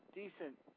decent